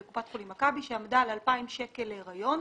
בקופת חולים מכבי שעמדה על 2,000 שקלים להריון,